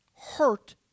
hurt